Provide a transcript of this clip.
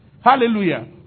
Hallelujah